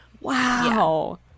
Wow